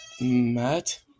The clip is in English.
Matt